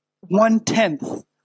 one-tenth